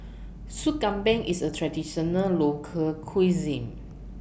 Soup Kambing IS A Traditional Local Cuisine